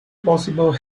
possible